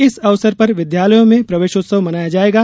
इस अवसर पर विद्यालयों में प्रवेशोत्सव मनाया जायेगा